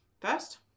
first